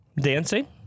Dancing